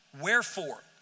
Wherefore